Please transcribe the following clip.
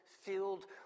filled